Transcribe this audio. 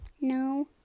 No